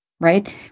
right